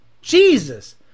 Jesus